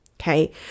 okay